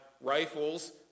rifles